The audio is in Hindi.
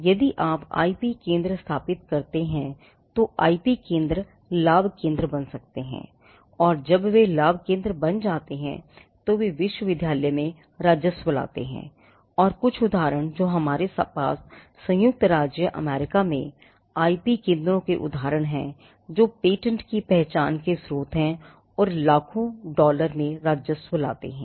यदि आप IP केंद्र स्थापित करते हैं तो IP केंद्र लाभ केंद्र बन सकते हैं और जब वे लाभ केंद्र बन जाते हैं तो वे विश्वविद्यालय में राजस्व लाते हैं और कुछ उदाहरण जो हमारे पास संयुक्त राज्य अमेरिका में IP केंद्रों के उदाहरण हैं जो पेटेंट की पहचान के स्रोत हैं और लाखों डॉलर में राजस्व लाते हैं